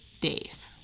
days